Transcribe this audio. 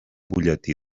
butlletí